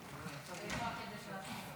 חברות וחברי הכנסת,